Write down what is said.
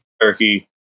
turkey